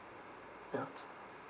ya